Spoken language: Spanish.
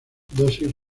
dosis